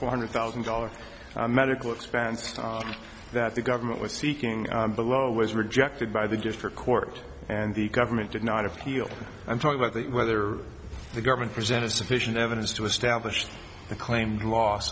four hundred thousand dollars medical expense that the government was seeking below was rejected by the district court and the government did not appeal and talk about whether the government presented sufficient evidence to establish a claimed los